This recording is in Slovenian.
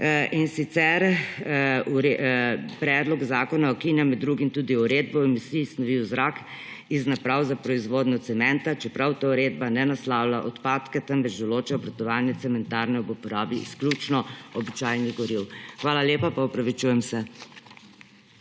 in sicer predlog zakona ukinja med drugim tudi Uredbo o emisiji snovi v zrak iz naprav za proizvodno cementa, čeprav tega uredba ne naslavlja – odpadke –, temveč določa obratovanje cementarne v uporabi izključno običajnih goriv. Hvala lepa. Pa opravičujem se.